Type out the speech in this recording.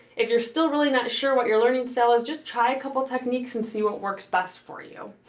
if you're still really not sure what your learning style is, just try a couple techniques and see what works best for you.